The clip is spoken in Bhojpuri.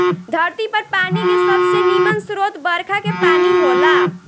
धरती पर पानी के सबसे निमन स्रोत बरखा के पानी होला